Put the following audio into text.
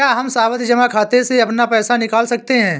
क्या हम सावधि जमा खाते से अपना पैसा निकाल सकते हैं?